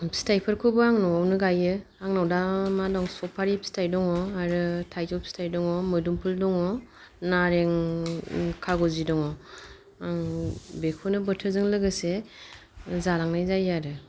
फिथायफोरखौबो आं न'आवनो गायो आंनाव दा मा दं सफारि फिथाय दङ आरो थायजौ फिथाय दङ मोदोमफुल दङ नारें कागुजि दङ आं बेखौनो बोथोरजों लोगोसे जालांनाय जायो आरो